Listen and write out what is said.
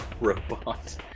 robot